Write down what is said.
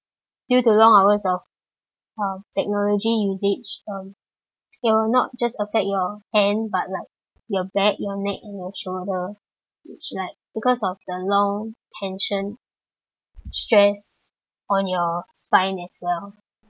due to long hours of um technology usage um it will not just affect your hand but like your back your neck and your shoulder which like because of the long tension stress on your spine as well